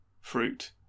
fruit